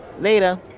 Later